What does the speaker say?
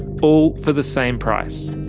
all for the same price.